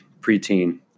preteen